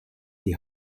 die